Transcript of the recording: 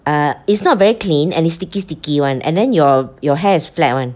uh it's not very clean and it's sticky sticky one and then your your hair is flat [one]